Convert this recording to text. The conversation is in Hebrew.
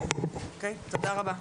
אוקי, תודה רבה.